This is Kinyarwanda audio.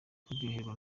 kuryoherwa